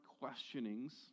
questionings